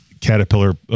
Caterpillar